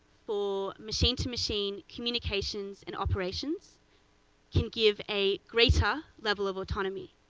or machine-to-machine communications and operations can give a greater level of autonomy.